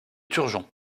turgeon